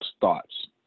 thoughts